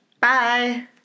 Bye